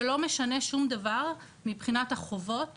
שלא משנה שום דבר מבחינת החובות